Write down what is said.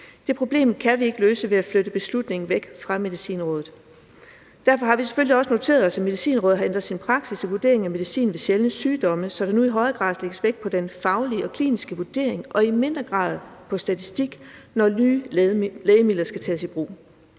Det problem kan vi ikke løse ved at flytte beslutningen væk fra Medicinrådet. Derfor har vi selvfølgelig også noteret os, at Medicinrådet har ændret sin praksis i vurderingen af medicin ved sjældne sygdomme, så der nu i højere grad lægges vægt på den faglige og kliniske vurdering og i mindre grad på statistik, når nye lægemidler skal tages i brug.